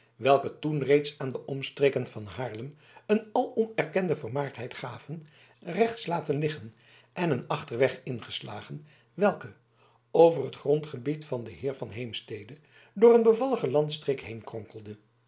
welke toen reeds aan de omstreken van haarlem een alom erkende vermaardheid gaven rechts laten liggen en een achterweg ingeslagen welke over het grondgebied van den heer van heemstede door een bevallige landstreek heenkronkelde